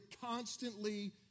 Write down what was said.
constantly